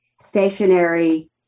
stationary